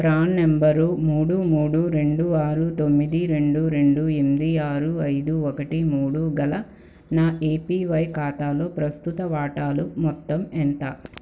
PRAN number మూడు మూడు రెండు ఆరు తొమ్మిది రెండు రెండు ఎనిమిది ఆరు ఐదు ఒకటి మూడు గల నా ఏపీవై ఖాతాలో ప్రస్తుత వాటాలు మొత్తం ఎంత